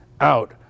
out